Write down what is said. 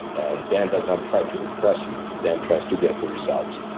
and dan does not try to impress you. dan tries to get the results.